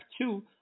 two